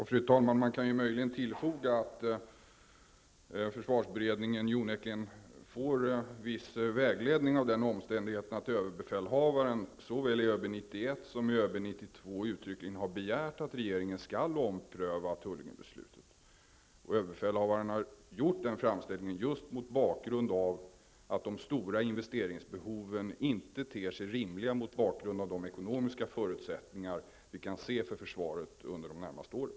Fru talman! Man kan ju möjligen tillfoga att försvarsberedningen onekligen får viss vägledning av den omständigheten att överbefälhavaren såväl i ÖB 91 som i ÖB 92 uttryckligen har begärt att regeringen skall ompröva Tullingebeslutet. Överbefälhavaren har gjort den framställningen just mot bakgrund av att de stora investeringsbehoven inte ter sig rimliga med tanke på de ekonomiska förutsättningar som vi kan se för försvaret under de närmaste åren.